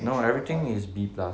no everything is B plus